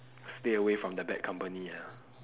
stay away from the bad company ah